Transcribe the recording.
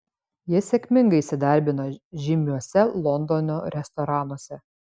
jie sėkmingai įsidarbino žymiuose londono restoranuose